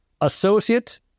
Associate